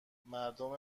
مردم